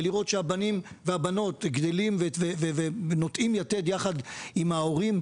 ולראות שהבנים והבנות גדלים ונוטעים יתד ביחד עם ההורים,